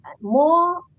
More